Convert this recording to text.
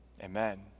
Amen